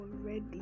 already